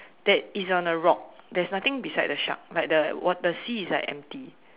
that is on a rock there is nothing beside the shark like the water the sea is like empty